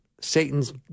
Satan's